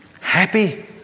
Happy